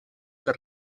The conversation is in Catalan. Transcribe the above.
per